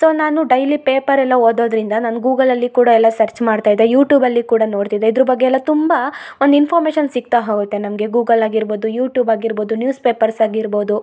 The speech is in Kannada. ಸೊ ನಾನು ಡೈಲಿ ಪೇಪರ್ ಎಲ್ಲ ಓದೋದರಿಂದ ನನ್ನ ಗೂಗಲ್ ಅಲ್ಲಿ ಕೂಡ ಎಲ್ಲ ಸರ್ಚ್ ಮಾಡ್ತಾಯಿದ್ದೆ ಯೂಟ್ಯೂಬ್ ಅಲ್ಲಿ ಕೂಡ ನೋಡ್ತಿದ್ದೆ ಇದ್ರ ಬಗ್ಗೆ ಎಲ್ಲ ತುಂಬಾ ಒಂದು ಇನ್ಫಾರ್ಮೆಶನ್ ಸಿಕ್ತಾ ಹೋಗುತ್ತೆ ನಮಗೆ ಗೂಗಲ್ ಆಗಿರ್ಬೋದು ಯೂಟ್ಯೂಬ್ ಆಗಿರ್ಬೋದು ನ್ಯೂಸ್ಪೇಪರ್ಸ್ ಆಗಿರ್ಬೋದು